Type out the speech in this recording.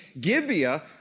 Gibeah